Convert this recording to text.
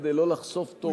כדי לא לחשוף תורמים,